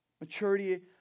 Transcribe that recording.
Maturity